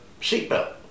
seatbelt